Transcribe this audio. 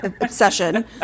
obsession